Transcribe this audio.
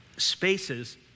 spaces